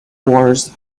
wars